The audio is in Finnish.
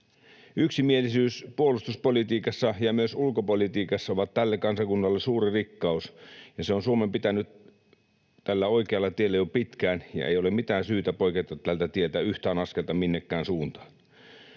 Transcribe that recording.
Yksimielisyys puolustuspolitiikassa ja myös ulkopolitiikassa ovat tälle kansakunnalle suuri rikkaus, ja se on Suomen pitänyt tällä oikealla tiellä jo pitkään, ja ei ole mitään syytä poiketa tältä tieltä yhtään askelta minnekään suuntaan.